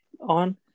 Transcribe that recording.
on